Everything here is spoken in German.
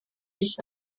ich